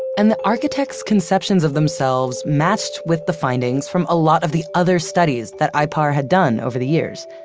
and the architect's conceptions of themselves matched with the findings from a lot of the other studies that ipar had done over the years.